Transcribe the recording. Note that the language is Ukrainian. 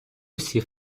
усі